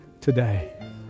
today